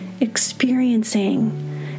experiencing